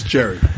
Jerry